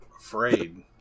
afraid